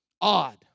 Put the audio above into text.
odd